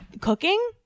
cooking